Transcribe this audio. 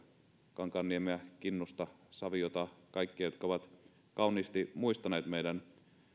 kankaanniemeä kinnusta saviota kaikkia jotka ovat kauniisti muistaneet meidän